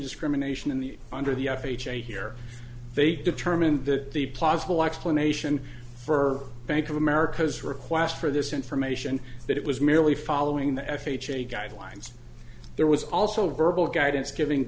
discrimination in the under the f h a here they determined that the plausible explanation for bank of america's request for this information that it was merely following the f h a guidelines there was also verbal guidance giving